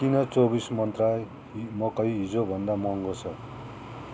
किन चौबिस मन्त्रा मकै हिजोभन्दा महँगो छ